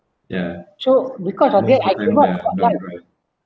ya so because of that I give up my life